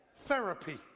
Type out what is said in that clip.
Therapy